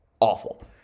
awful